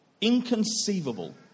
inconceivable